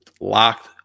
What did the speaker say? locked